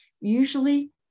Usually